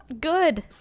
good